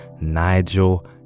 Nigel